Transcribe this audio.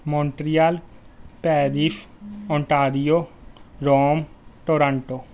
Montreal Paris Ontario Rome Toronto